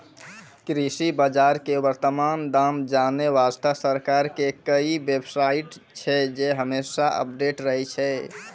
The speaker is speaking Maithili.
कृषि बाजार के वर्तमान दाम जानै वास्तॅ सरकार के कई बेव साइट छै जे हमेशा अपडेट रहै छै